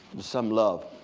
some love